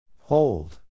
Hold